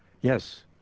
Yes